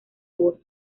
voz